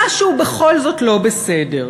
משהו בכל זאת לא בסדר,